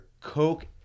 Coke